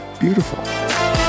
beautiful